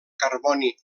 carboni